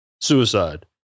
suicide